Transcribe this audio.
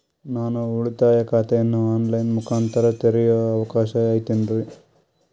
ನಾನು ಉಳಿತಾಯ ಖಾತೆಯನ್ನು ಆನ್ ಲೈನ್ ಮುಖಾಂತರ ತೆರಿಯೋ ಅವಕಾಶ ಐತೇನ್ರಿ?